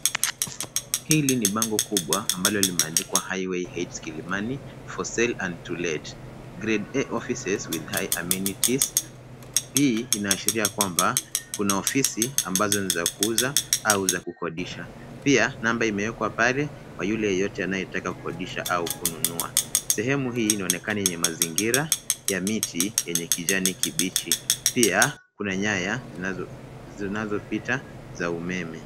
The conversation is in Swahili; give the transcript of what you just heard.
Hili ni bango kubwa, ambalo limeandikwa Highway H Kilimani for sale and to let, grade A offices with high amenities . Hii inaashiria kwamba, kuna ofisi ambazo ni za kuuza au za kukodisha. Pia, kuna namba ya kuuza au za kukodisha. Pia, namba imewekwa pale kwa yule yeyote anayetaka kukodisha au kununua. Sehemu hii, inaonekana yenye mazingira ya miti, yenye kijani kibichi. Pia, kuna nyaya ,zinazopita za umeme.